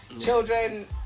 children